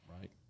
right